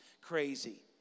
crazy